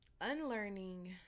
unlearning